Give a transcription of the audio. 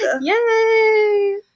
Yay